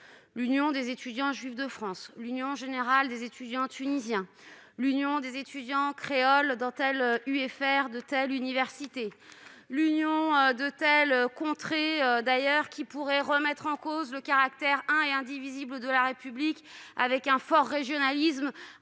l'Union des étudiants juifs de France, l'Union générale des étudiants de Tunisie, l'Union des étudiants créoles dans telle UFR de telle université, l'union de telle ou telle contrée, autant de listes qui pourraient remettre en cause le caractère un et indivisible de la République en raison d'un régionalisme